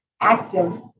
active